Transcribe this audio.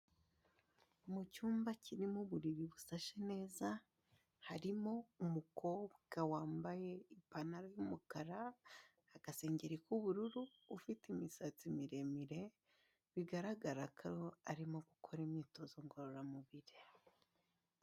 Mu cyumba kirimo uburiri busashe neza, harimo umukobwa wambaye ipantaro y'umukara, agasengeri k'ubururu, ufite imisatsi miremire bigaragaragaraga ko arimo gukora imyitozo ngororamubiri.